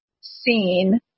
seen